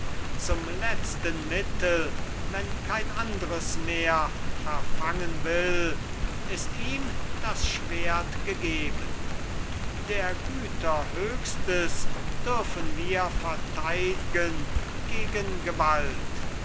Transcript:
zum letzten mittel wenn kein andres mehr verfangen will ist ihm das schwert gegeben der güter höchstes dürfen wir verteid'gen gegen gewalt